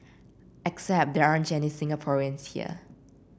except there aren't any Singaporeans here